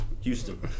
Houston